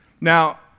Now